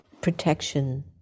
protection